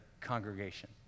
congregation